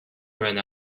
ran